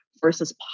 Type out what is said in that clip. versus